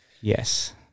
Yes